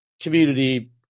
community